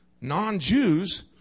non-Jews